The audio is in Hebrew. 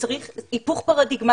צריך היפוך פרדיגמטי.